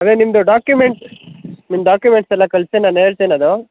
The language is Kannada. ಅದೇ ನಿಮ್ಮದು ಡಾಕ್ಯೂಮೆಂಟ್ಸ್ ನಿಮ್ಮ ಡಾಕ್ಯೂಮೆಂಟ್ಸ್ ಎಲ್ಲ ಕಳಿಸಿ ನಾನು ಹೇಳ್ತೇನೆ ಅದು